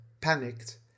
panicked